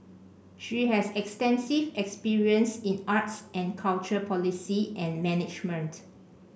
she has extensive experience in arts and culture policy and management